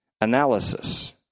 analysis